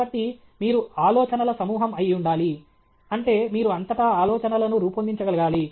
కాబట్టి మీరు ఆలోచనల సమూహం అయి ఉండాలి అంటే మీరు అంతటా ఆలోచనలను రూపొందించగలగాలి